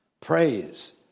Praise